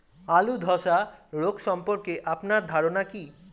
আলু ধ্বসা রোগ সম্পর্কে আপনার ধারনা কী?